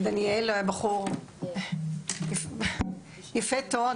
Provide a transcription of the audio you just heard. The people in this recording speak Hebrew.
דניאל היה בחור יפה תואר,